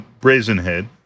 Brazenhead